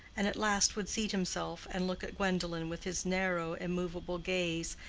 and at last would seat himself and look at gwendolen with his narrow immovable gaze,